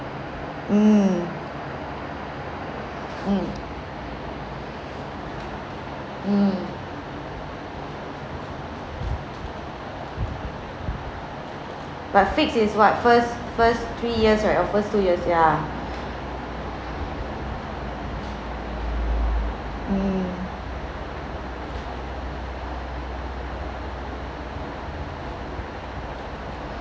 mm mm mm but fixed is what first first three years or first two years ya mm